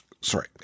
Sorry